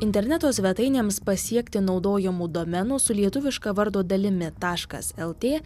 interneto svetainėms pasiekti naudojamų domenų su lietuviška vardo dalimi taškas lt